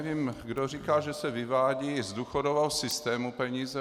Nevím, kdo říká, že se vyvádějí z důchodového systému peníze.